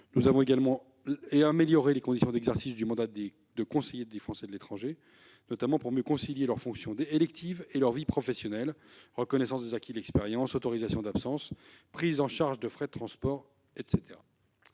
Nous avons également amélioré les conditions d'exercice du mandat des conseillers des Français de l'étranger, notamment pour mieux concilier leurs fonctions électives et leur vie professionnelle : reconnaissance des acquis de l'expérience, autorisations d'absence, prise en charge des frais de transport, etc.